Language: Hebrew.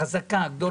חבל